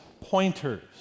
pointers